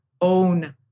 own